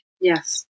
Yes